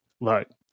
look